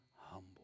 humble